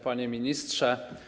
Panie Ministrze!